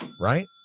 right